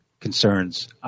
concerns